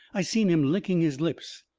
i seen him licking his lips.